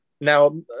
Now